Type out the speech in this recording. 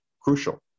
crucial